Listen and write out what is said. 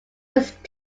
just